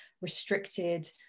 restricted